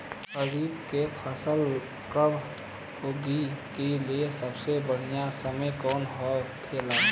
खरीफ की फसल कब उगाई के लिए सबसे बढ़ियां समय कौन हो खेला?